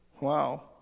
Wow